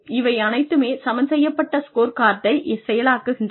இவை அனைத்துமே சமன்செய்யப்பட்ட ஸ்கோர்கார்டை செயலாக்குகின்றன